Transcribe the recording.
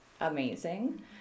amazing